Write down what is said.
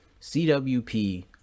cwp